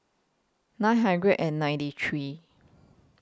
nine hundred and ninety three